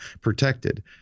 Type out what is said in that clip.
protected